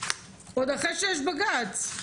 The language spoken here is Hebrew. עוד אחרי שיש בג"ץ.